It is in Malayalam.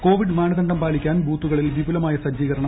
കോവിഡ് മാനദണ്ഡ് പാലിക്കാൻ ബൂത്തുകളിൽ ന് വിപുലമായ സജ്ജീകരണം